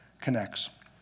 connects